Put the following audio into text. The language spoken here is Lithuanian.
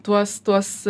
tuos tuos